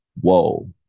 Whoa